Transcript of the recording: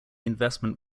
investment